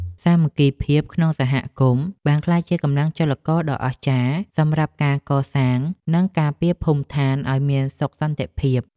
សាមគ្គីភាពក្នុងសហគមន៍បានក្លាយជាកម្លាំងចលករដ៏អស្ចារ្យសម្រាប់ការកសាង និងការពារភូមិដ្ឋានឱ្យមានសុខសន្តិភាព។